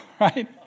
right